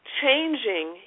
changing